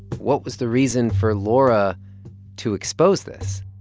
what was the reason for laura to expose this?